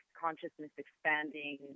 consciousness-expanding